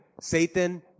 Satan